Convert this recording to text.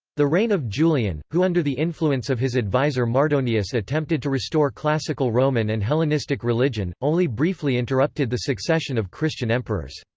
the reign of julian, who under the influence of his adviser mardonius attempted to restore classical roman and hellenistic religion, only briefly interrupted the succession of christian emperors.